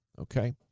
okay